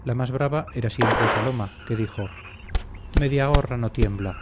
la más brava era siempre saloma que dijo mediagorra no tiembla